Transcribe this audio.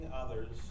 others